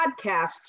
podcasts